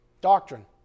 doctrine